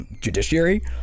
judiciary